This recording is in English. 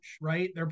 right